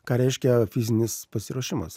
ką reiškia fizinis pasiruošimas